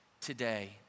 today